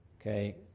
Okay